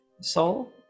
Soul